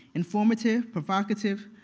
informative, provocative,